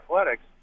athletics